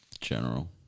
General